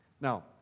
Now